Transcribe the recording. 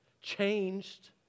changed